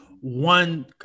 one